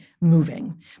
moving